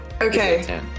Okay